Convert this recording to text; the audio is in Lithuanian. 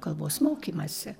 kalbos mokymąsi